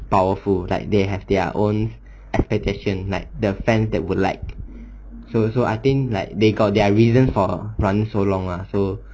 powerful like they have their own application like the fans they would like so so I think like they got their reason for running so long lah so